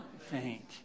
faint